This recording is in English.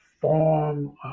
form